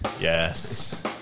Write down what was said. Yes